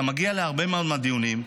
אתה מגיע להרבה מאוד מהדיונים,